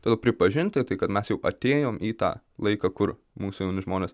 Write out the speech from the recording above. todėl pripažinti tai kad mes jau atėjom į tą laiką kur mūsų jauni žmonės